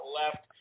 left